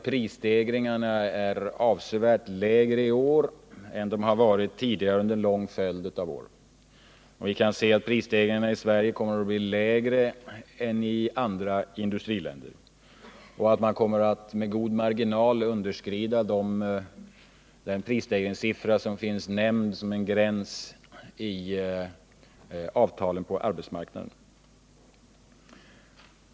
Prisstegringarna är avsevärt lägre i år än vad de har varit tidigare under en lång följd av år, och vi kan se att de i Sverige kommer att bli lägre än i andra länder och att man kommer att med god marginal underskrida den prisstegringssiffra som finns nämnd som en gräns i avtalen på arbetsmarknaden.